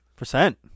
percent